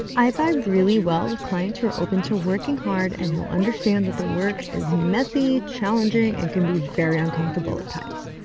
i vibe really well with clients who are open to working hard and who understand that the work is messy, challenging and can be very uncomfortable at times.